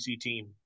team